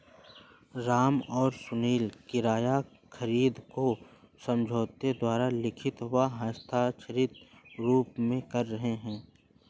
राम और सुनील किराया खरीद को समझौते द्वारा लिखित व हस्ताक्षरित रूप में कर रहे हैं